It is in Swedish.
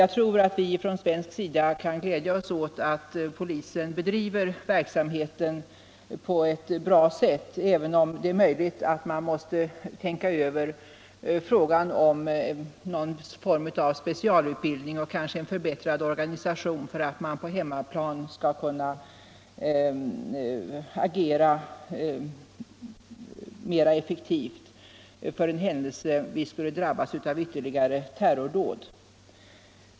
Jag tror att vi från svensk sida kan glädja oss åt att polisen bedriver verksamheten på ett bra sätt, även om det är möjligt att man måste tänka över frågan om någon form av specialutbildning och kanske förbättrad organisation för att man på hemmaplan skall kunna agera mera effektivt för den händelse vi skulle drabbas av ytterligare terrordåd.